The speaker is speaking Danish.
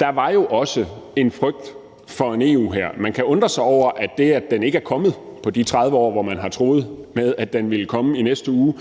der var jo også en frygt for en EU-hær. Man kan undre sig over, at det, at den ikke er kommet i de 30 år, hvor man har truet med at den ville komme i næste uge,